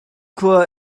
khua